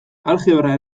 aljebra